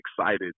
excited